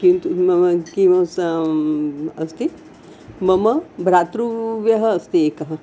किन्तु मम किं सां अस्ति मम भ्रातृव्यः अस्ति एकः